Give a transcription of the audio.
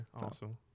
Awesome